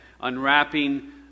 unwrapping